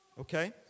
okay